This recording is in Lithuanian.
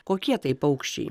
kokie tai paukščiai